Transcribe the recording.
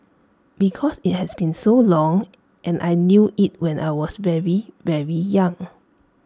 because IT has been so long and I knew IT when I was very very young